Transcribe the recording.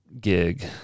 gig